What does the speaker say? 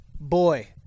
Boy